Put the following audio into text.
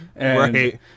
Right